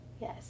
Yes